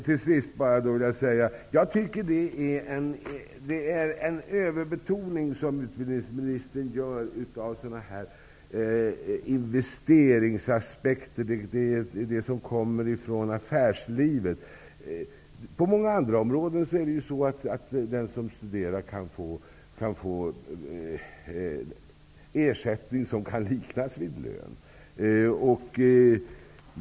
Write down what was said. Herr talman! Låt mig bara säga att jag tycker att utbildningsministern gör en överbetoning av sådana här investeringsaspekter som kommer från näringslivet. På många andra områden kan den som studerar få ersättning som kan liknas vid lön.